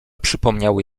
przypomniały